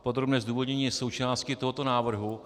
Podrobné zdůvodnění je součástí tohoto návrhu.